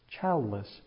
Childless